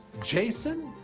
jason?